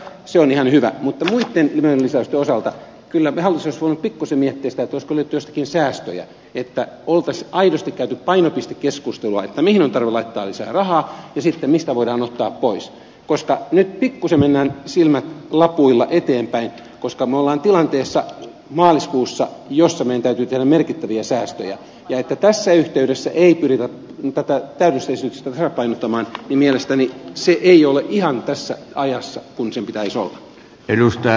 se on ihan hyvä mutta muitten menolisäysten osalta hallitus olisi kyllä voinut pikkuisen miettiä sitä olisiko löytynyt jostakin säästöjä että olisi aidosti käyty painopistekeskustelua mihin on tarve laittaa lisää rahaa ja mistä voidaan ottaa pois koska nyt pikkuisen mennään laput silmillä eteenpäin koska me olemme maaliskuussa tilanteessa jossa meidän täytyy tehdä merkittäviä säästöjä ja että tässä yhteydessä ei pyritä tätä täydennysesitystä tasapainottamaan niin mielestäni se ei ole ihan tässä ajassa kuin sen pitäisi olla